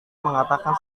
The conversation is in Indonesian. mengatakan